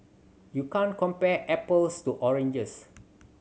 you can't compare apples to oranges